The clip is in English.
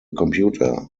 computer